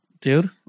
dude